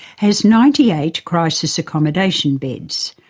has ninety eight crisis accommodation beds.